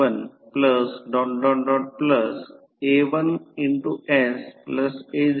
म्हणून I1 प्रथम भाग I2 I 0 येथे सर्किटमध्ये येथे केसीएल लागू करा I1 I 0 I2 जर असे केले तर ते असे येईल